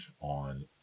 on